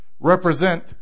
Represent